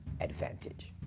advantage